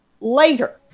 later